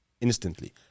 instantly